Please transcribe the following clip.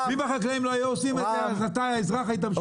אם החקלאים לא היו עושים את זה אז אתה האזרח היית משלם על זה.